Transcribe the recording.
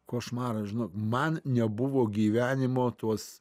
košmaras žinok man nebuvo gyvenimo tuos